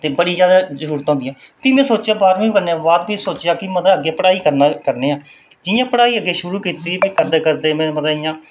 ते बड़ी जैदा जरूरता होंदियां भी में सोचेआ बाह्रमीं करने दे बाद भी सोचेआ अग्गें पढ़ाई करना करने आं जि'यां पढ़ाई अग्गें शुरू कीती भी में करदे करदे मतलब इ'यां